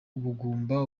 ubugumba